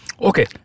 Okay